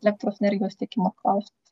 elektros energijos tiekimo klausimais